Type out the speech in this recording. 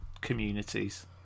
communities